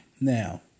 Now